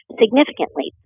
significantly